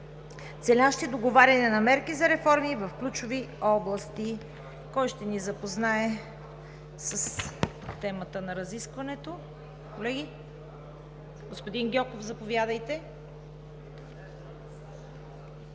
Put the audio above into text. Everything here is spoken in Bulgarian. целящи договаряне на мерки за реформи в ключови области. Кой ще ни запознае с темата на разискването, колеги? Господин Гьоков, заповядайте.